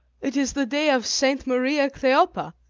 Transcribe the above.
it is the day of saint maria kleopha,